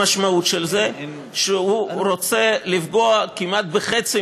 המשמעות של זה היא שהוא רוצה לפגוע כמעט בחצי